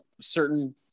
certain